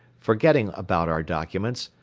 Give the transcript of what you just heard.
forgetting about our documents,